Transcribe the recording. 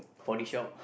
body shop